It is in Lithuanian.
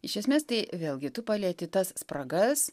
iš esmės tai vėlgi tu palieti tas spragas